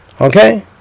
Okay